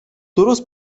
درست